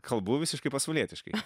kalbu visiškai pasvalietiškai